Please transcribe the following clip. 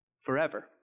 Forever